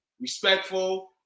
respectful